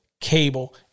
cable